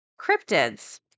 cryptids